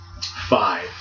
Five